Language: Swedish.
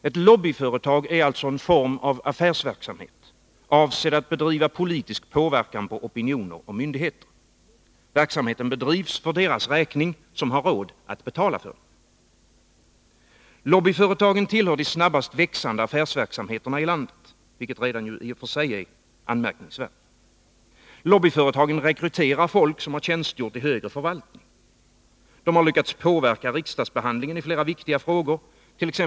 Ett lobbyföretag är alltså en form av affärsverksamhet, avsedd för att bedriva politisk påverkan på opinioner och myndigheter. Verksamheten bedrivs för deras räkning som har råd att betala för den. Lobbyföretagen tillhör de snabbast växande affärsverksamheterna i landet, vilket redan i sig är anmärkningsvärt. Lobbyföretagen rekryterar folk som har tjänstgjort inom högre förvaltning. De har lyckats påverka riksdagsbehandlingen i flera viktiga frågor —t.ex.